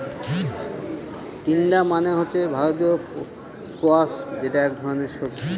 তিনডা মানে হচ্ছে ভারতীয় স্কোয়াশ যেটা এক ধরনের সবজি